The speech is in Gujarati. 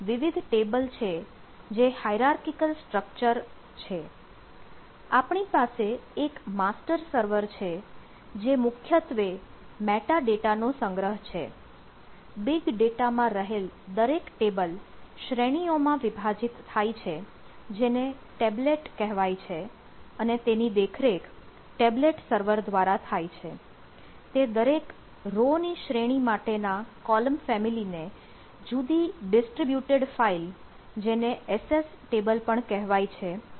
અહીં વિવિધ ટેબલ છે જે હાઇરારકીકલ સ્ટ્રક્ચર જેને SSTable પણ કહેવાય છે તેમાં સ્ટોર કરે છે